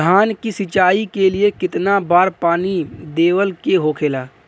धान की सिंचाई के लिए कितना बार पानी देवल के होखेला?